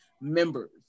members